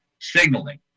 signaling